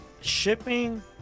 shipping